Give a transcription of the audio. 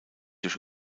durch